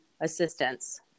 assistance